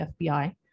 FBI